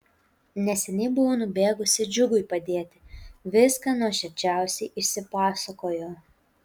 neseniai buvau nubėgusi džiugui padėti viską nuoširdžiausiai išsipasakojo